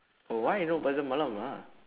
oh why no pasar malam lah